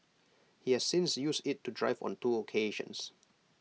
he has since used IT to drive on two occasions